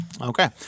Okay